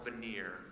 veneer